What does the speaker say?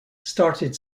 started